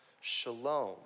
shalom